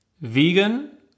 vegan